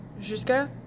jusqu'à